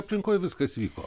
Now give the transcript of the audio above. aplinkoj viskas vyko